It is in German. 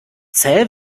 zäh